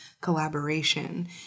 collaboration